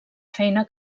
feina